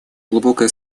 глубокие